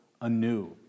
anew